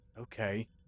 Okay